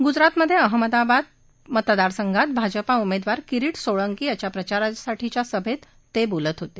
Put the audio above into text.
गुजरातमधे अहमदाबाद पश्विम मतदारसंघात भाजपा उमेदवार किरीट सोळंकी यांच्या प्रचारासाठी सभेत ते बोलत होते